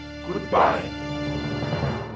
Goodbye